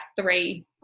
three